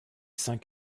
cinq